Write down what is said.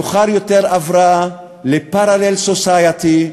מאוחר יותר עברה ל-parallel society,